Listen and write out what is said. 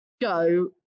go